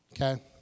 Okay